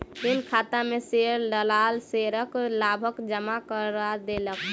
ऋण खाता में शेयर दलाल शेयरक लाभ जमा करा देलक